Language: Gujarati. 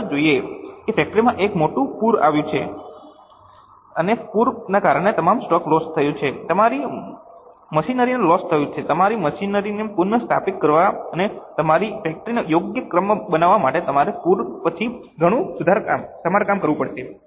ચાલો જોઈએ કે ફેક્ટરીમાં એક મોટું પૂર આવ્યું છે અને પૂરને કારણે તમારા સ્ટોકને લોસ થયું છે તમારી મશીનરીને લોસ થયું છે તમારી મશીનરીને પુનઃસ્થાપિત કરવા અને તમારી ફેક્ટરીને યોગ્ય ક્રમમાં બનાવવા માટે તમારે પૂર પછી ઘણું સમારકામ કરવું પડશે